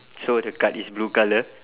so the card is blue colour